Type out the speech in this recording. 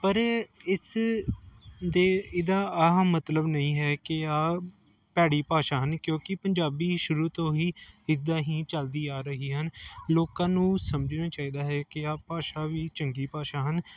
ਪਰ ਇਸ ਦੇ ਇਹਦਾ ਆਹ ਮਤਲਬ ਨਹੀਂ ਹੈ ਕਿ ਆ ਭੈੜੀ ਭਾਸ਼ਾ ਹਨ ਕਿਉਂਕਿ ਪੰਜਾਬੀ ਸ਼ੁਰੂ ਤੋਂ ਹੀ ਇੱਦਾਂ ਹੀ ਚਲਦੀ ਆ ਰਹੀ ਹਨ ਲੋਕਾਂ ਨੂੰ ਸਮਝਣਾ ਚਾਹੀਦਾ ਹੈ ਕਿ ਆਹ ਭਾਸ਼ਾ ਵੀ ਚੰਗੀ ਭਾਸ਼ਾ ਹਨ